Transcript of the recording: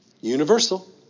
universal